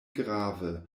grave